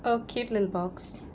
oh cute little box